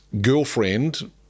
girlfriend